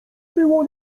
było